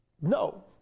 No